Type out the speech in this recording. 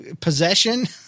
possession